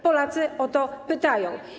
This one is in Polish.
Polacy o to pytają?